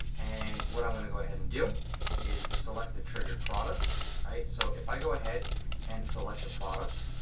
and what i'm gonna go ahead and do is select the trigger products, right. so if i go ahead and select the product,